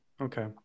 Okay